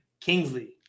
Kingsley